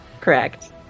Correct